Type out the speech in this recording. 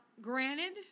granted